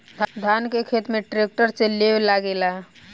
धान के खेत में ट्रैक्टर से लेव लागेला